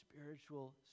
spiritual